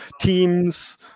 Teams